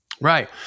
Right